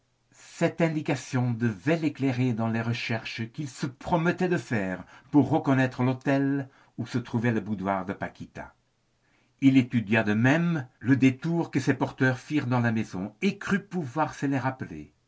cette indication devait l'éclairer dans les recherches qu'il se promettait de faire pour reconnaître l'hôtel où se trouvait le boudoir de paquita il étudia de même les détours que ses porteurs firent dans la maison et crut pouvoir se les rappeler